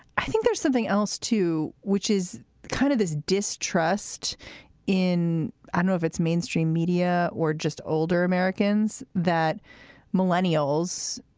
i think there's something else, too, which is kind of this distrust in i know, of its mainstream media or just older americans, that millennials,